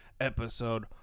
episode